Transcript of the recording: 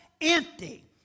empty